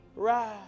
Rise